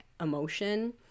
emotion